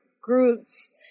Groups